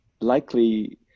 likely